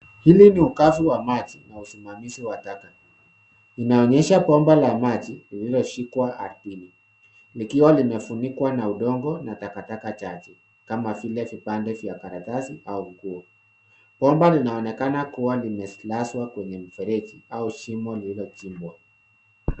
Hili ugavi wa maji na usimamizi wa taka. Inaonyesha bomba la maji lililoshikwa ardhini, likiwa limefunikwa na udongo na takataka chache kama vile vipande vya karatasi au nguo. Bomba linaonekana kuwa limelazwa kwenye mfereji au shimo lililochimbwa.